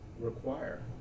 require